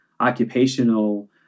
occupational